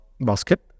basket